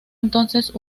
entonces